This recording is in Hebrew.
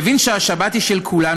הבין שהשבת היא של כולנו,